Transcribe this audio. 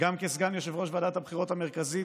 גם כסגן יושב-ראש ועדת הבחירות המרכזית,